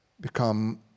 become